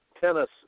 tennis